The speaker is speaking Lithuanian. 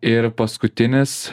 ir paskutinis